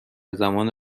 زمان